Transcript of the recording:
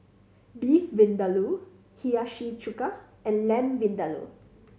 Beef Vindaloo Hiyashi Chuka and Lamb Vindaloo